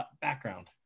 background